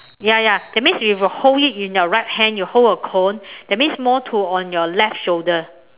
ya ya that means if you hold it in your right hand you hold a cone that means more to on your left shoulder